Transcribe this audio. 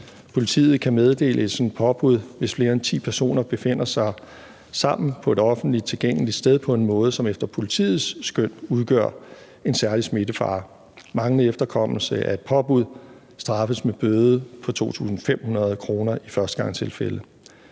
Politiet kan meddele sine påbud, hvis flere end ti personer befinder sig sammen på et offentligt tilgængeligt sted på en måde, som efter politiets skøn udgør en særlig smittefare. Manglende efterkommelse af et påbud straffes med bøde på 2.500 kr. i førstegangstilfælde.